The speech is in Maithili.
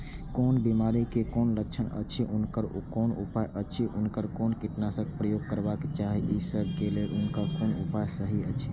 कोन बिमारी के कोन लक्षण अछि उनकर कोन उपाय अछि उनकर कोन कीटनाशक प्रयोग करबाक चाही ई सब के लेल उनकर कोन उपाय सहि अछि?